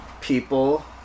...people